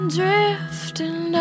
drifting